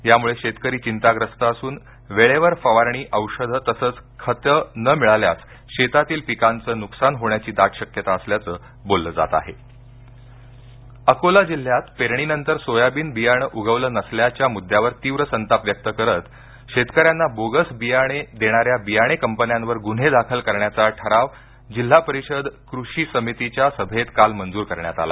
यामुळे शेतकरी चिंताग्रस्त असून वेळेवर फवारणी औषध तसेच खते न मिळाल्यास शेतातील पिकाचं न्कसान होण्याची दाट शक्यता असल्याचं बोललं जात आहे सोयाबीन अकोला अकोला जिल्ह्यात पेरणीनंतर सोयाबीन बियाणे उगवले नसल्याच्या मुद्द्यावर तीव्र संताप व्यक्त करीत शेतकऱ्यांना बोगस बियाणे देणाऱ्या बियाणे कंपन्यांवर गुन्हे दाखल करण्याचा ठराव जिल्हा परिषद कृषी समितीच्या सभेत काल मंजूर करण्यात आला